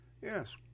Yes